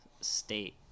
state